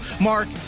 Mark